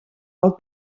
del